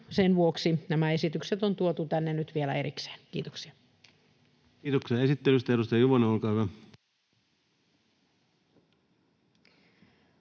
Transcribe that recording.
sen vuoksi nämä esitykset on tuotu tänne nyt vielä erikseen. — Kiitoksia. Kiitoksia esittelystä. — Edustaja Juvonen, olkaa hyvä.